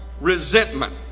resentment